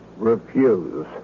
refuse